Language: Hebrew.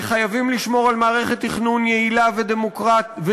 חייבים לשמור על מערכת תכנון יעילה ודמוקרטית.